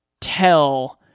tell